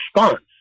response